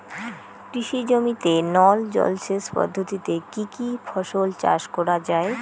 কৃষি জমিতে নল জলসেচ পদ্ধতিতে কী কী ফসল চাষ করা য়ায়?